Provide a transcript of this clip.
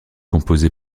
composé